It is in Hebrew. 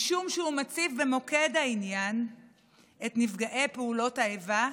משום שהוא מציב במוקד העניין את נפגעי פעולות האיבה,